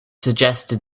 suggested